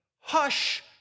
hush